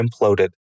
imploded